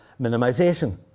minimization